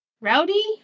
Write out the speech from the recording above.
rowdy